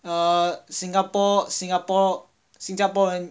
err Singapore Singapore 新加坡